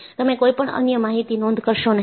તમે કોઈપણ અન્ય માહિતી નોંધ કરશો નહીં